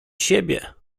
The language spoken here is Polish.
siebie